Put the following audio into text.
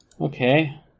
okay